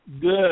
good